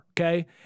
okay